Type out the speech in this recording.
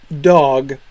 dog